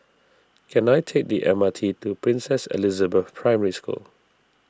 can I take the M R T to Princess Elizabeth Primary School